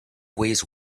ways